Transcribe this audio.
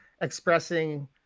expressing